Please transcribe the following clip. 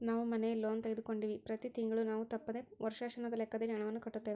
ನಾವು ಮನೆ ಲೋನ್ ತೆಗೆದುಕೊಂಡಿವ್ವಿ, ಪ್ರತಿ ತಿಂಗಳು ನಾವು ತಪ್ಪದೆ ವರ್ಷಾಶನದ ಲೆಕ್ಕದಲ್ಲಿ ಹಣವನ್ನು ಕಟ್ಟುತ್ತೇವೆ